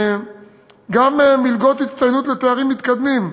ניתנות גם מלגות הצטיינות לסטודנטים לתארים מתקדמים.